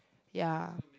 ya